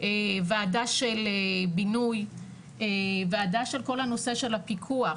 וועדה של בינוי, וועדה של כל הנושא של פיקוח,